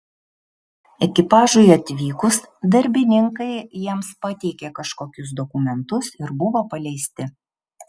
ekipažui atvykus darbininkai jiems pateikė kažkokius dokumentus ir buvo paleisti